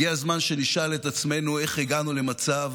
הגיע הזמן שנשאל את עצמנו איך הגענו למצב